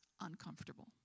uncomfortable